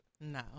No